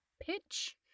pitch